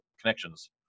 connections